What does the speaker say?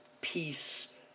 peace